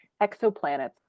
exoplanets